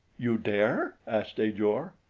you dare? asked ajor.